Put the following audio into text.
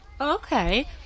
Okay